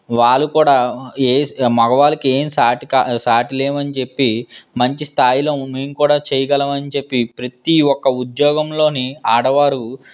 వాళ్ళు కూడా మగవాళ్ళకి ఏం సాటి సాటి లేమని చెప్పి మంచి స్థాయిలో మేము కూడా చేయగలమని చెప్పి ప్రతి ఒక్క ఉద్యోగంలో ఆడవాళ్ళు